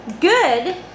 good